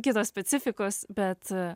kitos specifikos bet